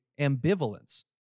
ambivalence